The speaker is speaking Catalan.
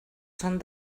són